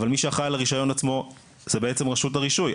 אבל מי שאחראי על הרישיון עצמו זה רשות הרישוי.